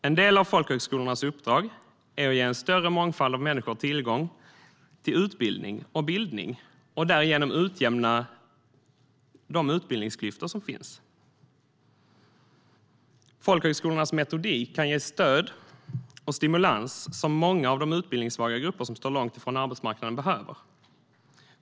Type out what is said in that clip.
En del av folkhögskolornas uppdrag är att ge en större mångfald av människor tillgång till utbildning och bildning och därigenom utjämna utbildningsklyftor. Folkhögskolornas metodik kan ge stöd och stimulans som många av de utbildningssvaga grupper som står långt ifrån arbetsmarknaden behöver.